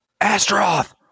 Astroth